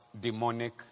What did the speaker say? demonic